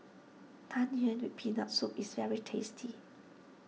Tang Yuen with Peanut Soup is very tasty